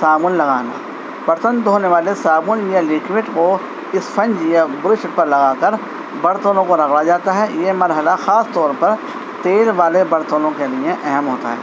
صابن لگانا برتن دھونے والے صابن یا لکوڈ کو اسفنج یا برش پر لگا کر برتنوں کو رگڑا جاتا ہے یہ مرحلہ خاص طور پر تیل والے برتنوں کے لیے اہم ہوتا ہے